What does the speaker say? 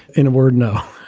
in a word, no.